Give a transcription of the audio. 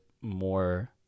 more